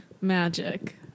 magic